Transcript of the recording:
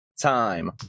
time